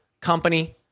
company